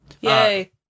Yay